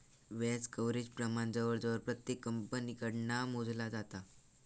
व्याज कव्हरेज प्रमाण जवळजवळ प्रत्येक कंपनीकडना मोजला जाता